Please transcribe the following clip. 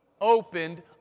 opened